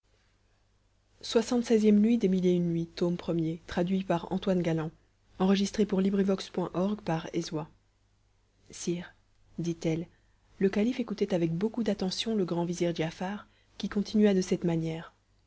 sire dit-elle le calife écoutait avec beaucoup d'attention le grand vizir giafar qui continua de cette manière